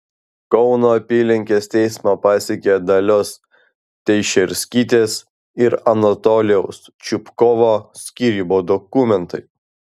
kauno apylinkės teismą pasiekė dalios teišerskytės ir anatolijaus čupkovo skyrybų dokumentai